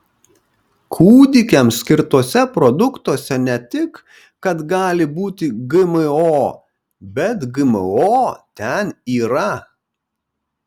kūdikiams skirtuose produktuose ne tik kad gali būti gmo bet gmo ten yra